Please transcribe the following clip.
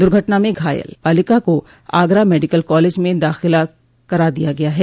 दुर्घटना में घायल बालिका को आगरा मेडिकल कॉलेज में दाखिल करा दिया गया है